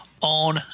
on